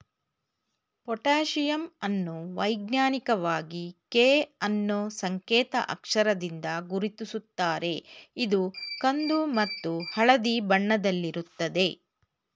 potassium ಅನ್ನು ವೈಜ್ಞಾನಿಕವಾಗಿ K ಅನ್ನೂ ಸಂಕೇತ್ ಅಕ್ಷರದಿಂದ ಗುರುತಿಸುತ್ತಾರೆ ಇದು ಕಂದು ಮತ್ತು ಹಳದಿ ಬಣ್ಣದಲ್ಲಿರುತ್ತದೆ